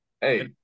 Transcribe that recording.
Hey